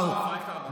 לפרק את הרבנות?